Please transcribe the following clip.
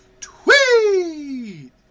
Tweet